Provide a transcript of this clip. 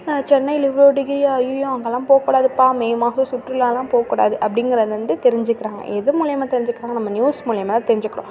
சென்னையில் இவ்வளோ டிகிரியா அய்யயோ அங்கெலாம் போக்கூடாதுப்பா மே மாதம் சுற்றுலாவெலாம் போகக்கூடாது அப்படிங்கிறத வந்து தெரிஞ்சுக்கிறாங்க எதன் மூலிமா தெரிஞ்சுக்கிறாங்க நம்ம நியூஸ் மூலிமா தான் தெரிஞ்சுக்கிறோம்